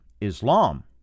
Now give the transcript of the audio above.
Islam